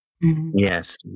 Yes